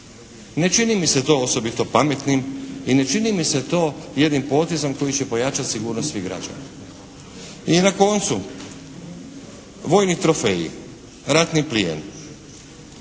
Ne čini mi se to osobno pametnim i ne čini mi se to jednim potezom koji će pojačati sigurnost svih građana. I na koncu, vojni trofeji, ratni plijen.